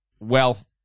wealth